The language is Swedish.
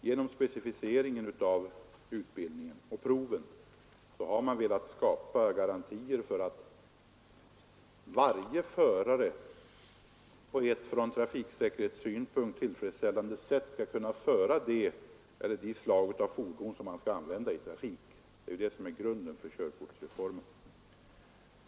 Genom specificeringen av utbildningen och proven har man velat skapa garantier för att varje förare på ett från trafiksäkerhetssynpunkt tillfredsställande sätt skall kunna föra det slag av fordon han skall använda i trafik. Det är grunden för körkortsreformen.